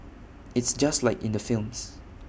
it's just like in the films